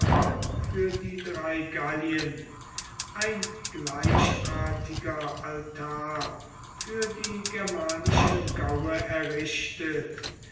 für die drei gallien ein gleichartiger altar für die germanischen gaue errichtet